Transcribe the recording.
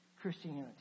Christianity